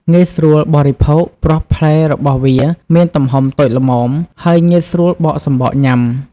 ងាយស្រួលបរិភោគ ព្រោះផ្លែរបស់វាមានទំហំតូចល្មម ហើយងាយស្រួលបកសំបកញ៉ាំ។